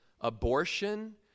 abortion